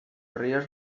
ríos